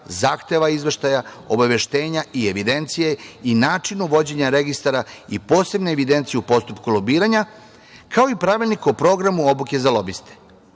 zahteva izveštaja, obaveštenja, evidencije i načinu vođenja registara i posebne evidencije u postupku lobiranja, kao i Pravilnik o programu obuke za lobiste.